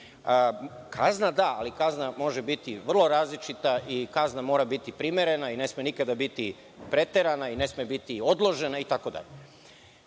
Kazna da, ali kazna može biti vrlo različita i kazna mora biti primerena i ne sme nikada biti preterana i ne sme biti odložena i